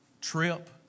trip